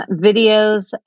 videos